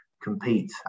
compete